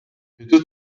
bittet